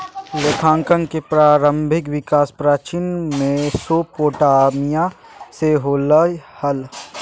लेखांकन के प्रारंभिक विकास प्राचीन मेसोपोटामिया से होलय हल